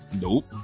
nope